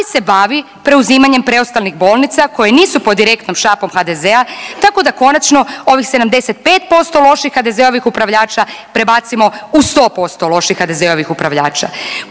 se bavi preuzimanjem preostalih bolnica koje nisu pod direktnom šapom HDZ-a tako da konačno ovih 75% loših HDZ-ovih upravljača prebacimo u 100% loših HDZ-ovih upravljača